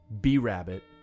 B-Rabbit